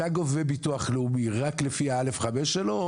אתה גובה ביטוח לאומי רק לפי ה-א.5 שלו או